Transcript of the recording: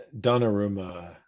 donnarumma